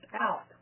out